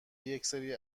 یکسری